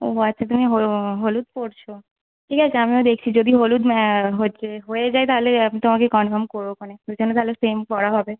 ও আচ্ছা তুমি হলুদ পরছো ঠিক আছে আমিও দেখছি যদি হলুদ হচ্ছে হয়ে যায় তাহলে তোমাকে কন্ফার্ম করবো খনে দুজনে তাহলে সেম পরা হবে